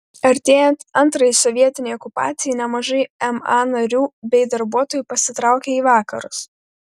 artėjant antrajai sovietinei okupacijai nemažai ma narių bei darbuotojų pasitraukė į vakarus